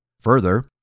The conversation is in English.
Further